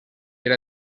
era